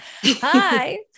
Hi